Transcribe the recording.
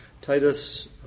Titus